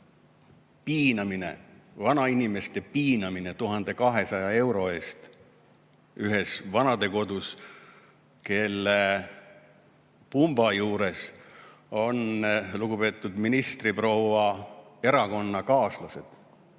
piinamine, vanainimeste piinamine 1200 euro eest ühes vanadekodus, kus pumba juures on lugupeetud ministriproua erakonnakaaslased.